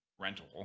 rental